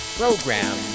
program